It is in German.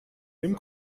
dem